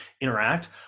interact